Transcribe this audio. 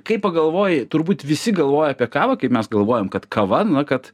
kai pagalvoji turbūt visi galvoja apie kavą kaip mes galvojam kad kava na kad